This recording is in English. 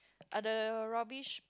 are the rubbish